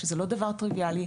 שזה לא דבר טריוויאלי,